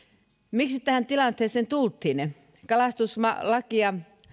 miksi tähän tilanteeseen tultiin kalastuslakia